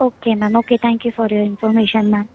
okay ma'am okay thank you for your information ma'am